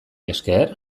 esker